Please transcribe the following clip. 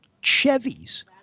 Chevy's